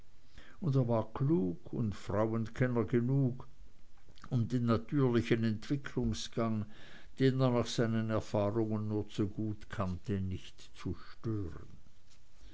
und er war klug und frauenkenner genug um den natürlichen entwicklungsgang den er nach seinen erfahrungen nur zu gut kannte nicht zu stören